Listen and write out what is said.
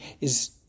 Is